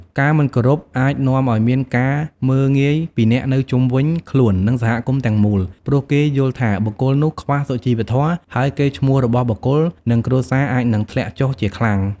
ការមិនគោរពអាចនាំឲ្យមានការមើលងាយពីអ្នកនៅជុំវិញខ្លួននិងសហគមន៍ទាំងមូល ព្រោះគេយល់ថាបុគ្គលនោះខ្វះសុជីវធម៌ ហើយកេរ្តិ៍ឈ្មោះរបស់បុគ្គល និងគ្រួសារអាចនឹងធ្លាក់ចុះជាខ្លាំង។